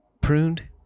pruned